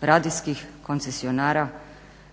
radijskih koncesionara,